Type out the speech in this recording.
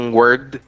word